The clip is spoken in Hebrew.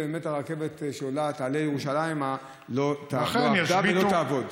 ובאמת הרכבת שתעלה ירושלימה לא עבדה ולא תעבוד.